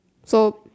so